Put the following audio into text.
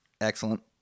Excellent